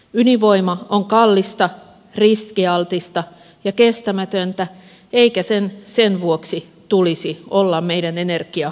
ydinvoima on kallista riskialtista ja kestämätöntä eikä sen sen vuoksi tulisi olla meidän energiavalikoimassa